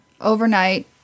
overnight